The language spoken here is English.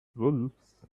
wolves